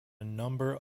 number